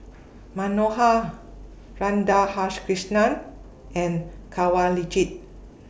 Manohar Radhakrishnan and Kanwaljit